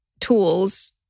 tools